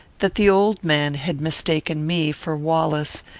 that the old man had mistaken me for wallace,